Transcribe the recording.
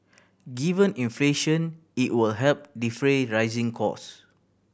given inflation it will help defray rising cost